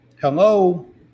hello